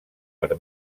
per